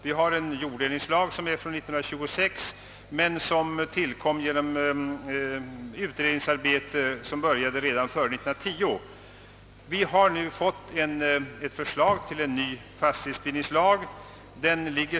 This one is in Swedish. Den nuvarande jorddelningslagen från 1926 tillkom efter ett utredningsarbete som började redan före 1910.